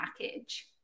package